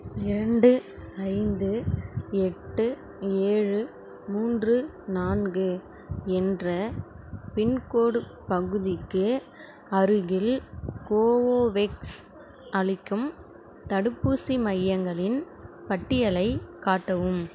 இரண்டு ஐந்து எட்டு ஏழு மூன்று நான்கு என்ற பின்கோடு பகுதிக்கு அருகில் கோவோவெக்ஸ் அளிக்கும் தடுப்பூசி மையங்களின் பட்டியலைக் காட்டவும்